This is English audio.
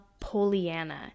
poliana*